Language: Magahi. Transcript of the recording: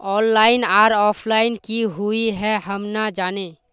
ऑनलाइन आर ऑफलाइन की हुई है हम ना जाने?